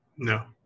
No